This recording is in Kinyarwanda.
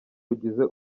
rugize